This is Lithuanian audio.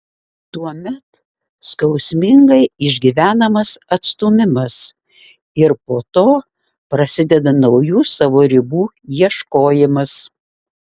tuomet skausmingai išgyvenamas atstūmimas ir po to prasideda naujų savo ribų ieškojimas